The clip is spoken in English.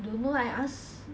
don't know I ask